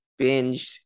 binged